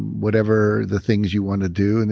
whatever the things you want to do. and